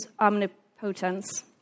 omnipotence